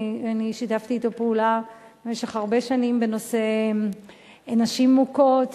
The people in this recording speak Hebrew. אני שיתפתי פעולה במשך הרבה שנים בנושא נשים מוכות.